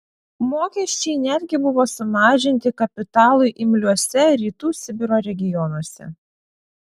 mokesčiai netgi buvo sumažinti kapitalui imliuose rytų sibiro regionuose